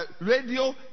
Radio